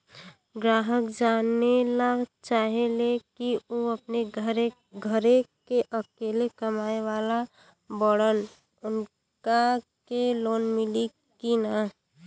ग्राहक जानेला चाहे ले की ऊ अपने घरे के अकेले कमाये वाला बड़न उनका के लोन मिली कि न?